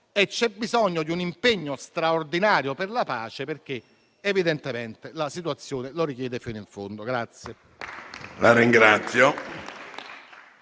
di fatti e di un impegno straordinario per la pace, perché evidentemente la situazione lo richiede fino in fondo.